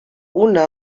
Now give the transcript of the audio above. una